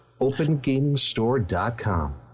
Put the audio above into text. OpenGamingStore.com